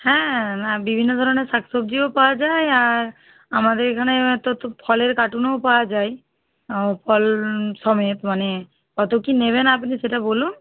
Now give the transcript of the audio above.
হ্যাঁ না বিভিন্ন ধরনের শাকসবজিও পাওয়া যায় আর আমাদের এখানে তো তো ফলের কার্টনও পাওয়া যায় ফল সমেত মানে কত কী নেবেন আপনি সেটা বলুন